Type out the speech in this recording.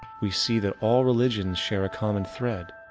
we see that all religions share a common thread.